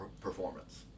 performance